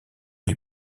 les